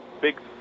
Big